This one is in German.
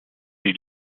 die